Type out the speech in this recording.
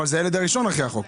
אבל זה הילד הראשון אחרי החוק.